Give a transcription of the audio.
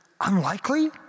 Unlikely